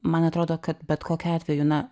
man atrodo kad bet kokiu atveju na